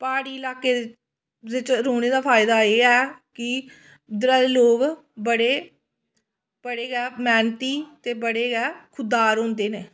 प्हाड़ी इलाके बिच्च रौह्ने दा फायदा एह् ऐ कि उद्धरै दे लोक बड़े बड़े गै मेह्नती ते बड़े गै खुद्धार होंदे न